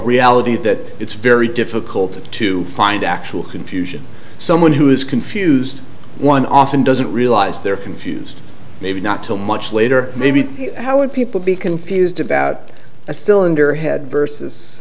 reality that it's very difficult to find actual confusion someone who is confused one often doesn't realize they're confused maybe not till much later maybe how would people be confused about a cylinder head versus